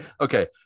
okay